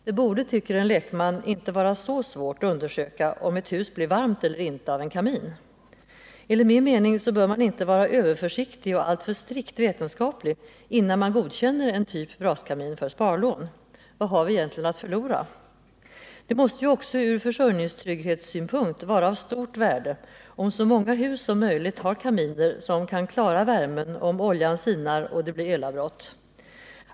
Det borde, tycker en lekman , inte vara så svårt att undersöka om ett hus blir varmt eller inte av en kamin! Enligt min mening bör man inte vara överförsiktig och alltför strikt vetenskaplig innan man godkänner en typ av braskamin för sparlån. Vad har vi att förlora? Det måste ju också ur försörjningstrygghetssynpunkt vara av stort värde om så många hus som möjligt har kaminer som kan klara värmen ifall oljan sinar och det blir elavbrott.